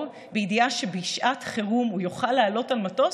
בידיעה שבשעת חירום הוא יוכל לעלות למטוס,